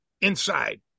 inside